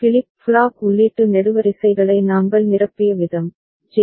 flip flop உள்ளீட்டு நெடுவரிசைகளை நாங்கள் நிரப்பிய விதம் ஜே